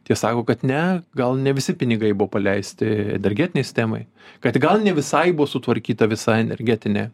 tie sako kad ne gal ne visi pinigai buvo paleisti energetinei stemai kad gal ne visai buo sutvarkyta visa energetinė